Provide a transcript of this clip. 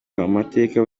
amateka